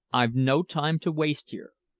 i've no time to waste here.